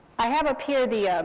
i have up here the,